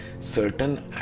certain